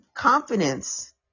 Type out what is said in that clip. Confidence